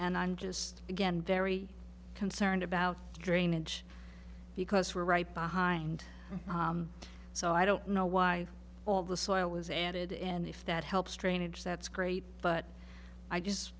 and i'm just again very concerned about drainage because we're right behind so i don't know why all the soil was added in if that helps train age that's great but i just